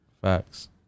facts